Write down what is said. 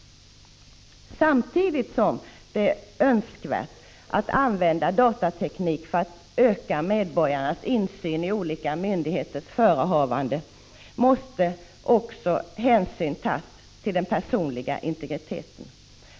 Samtidigt som det är önskvärt att använda datatekniken för att öka medborgarnas insyn i olika myndigheters förehavanden måste också hänsyn tas till den personliga integriteten.